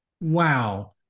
Wow